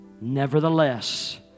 nevertheless